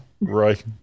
Right